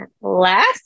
last